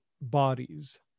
bodies